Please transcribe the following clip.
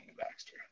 Baxter